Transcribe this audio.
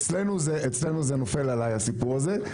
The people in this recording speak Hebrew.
אצלנו זה נופל עליי הסיפור הזה.